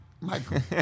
Michael